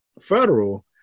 Federal